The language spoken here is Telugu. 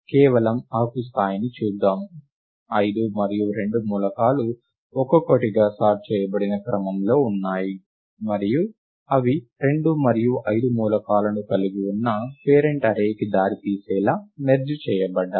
కేవలం ఆకు స్థాయిని చూద్దాం ఐదు మరియు రెండు మూలకాలు ఒక్కొక్కటిగా సార్ట్ చేయబడిన క్రమంలో ఉన్నాయి మరియు అవి రెండు మరియు ఐదు మూలకాలను కలిగి ఉన్న పేరెంట్ అర్రే కి దారితీసేలా మెర్జ్ చేయబడ్డాయి